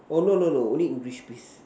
oh no no no only English please